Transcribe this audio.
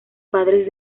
padres